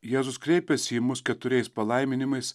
jėzus kreipiasi į mus keturiais palaiminimais